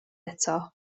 eto